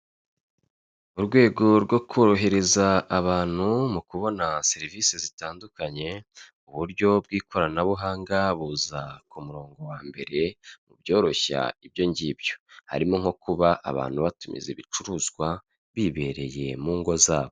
Mu rwego rwo korohereza abantu, mu kubona serivisi zitandukanye, uburyo bw'ikoranabuhanga buza ku murongo wa mbere, mu byoroshya ibyo ng'ibyo harimo nko kuba abantu batumiza ibicuruzwa bibereye mu ngo zabo.